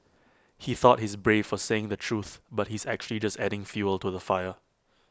he thought he's brave for saying the truth but he's actually just adding fuel to the fire